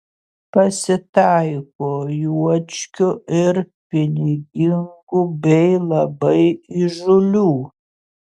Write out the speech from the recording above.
pasitaiko juočkių ir pinigingų bei labai įžūlių